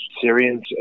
Syrians